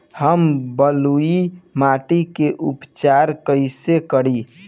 हम बलुइ माटी के उपचार कईसे करि?